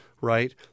right